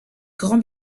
grands